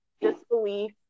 disbelief